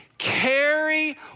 carry